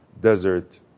desert